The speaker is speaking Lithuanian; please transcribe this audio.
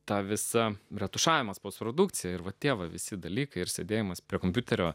tą visa retušavimas postprodukcija ir va tėvą visi dalykai ir sėdėjimas prie kompiuterio